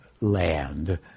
land